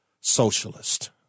socialist